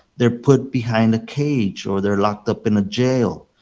they are put behind a cage or they are locked up in a jail.